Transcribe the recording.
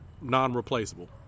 non-replaceable